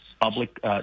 public